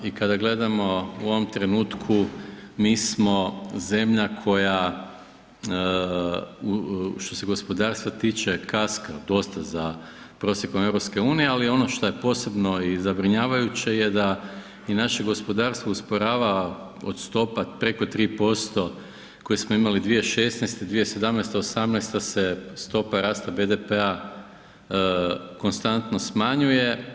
I kada gledamo u ovom trenutku mi smo zemlja koja što se gospodarstva tiče kaska dosta za prosjekom EU ali ono šta je posebno i zabrinjavajuće je da i naše gospodarstvo usporava od stopa preko 3% koje smo imali 2016., 2017., '18.-ta se stopa rata BDP-a konstantno smanjuje.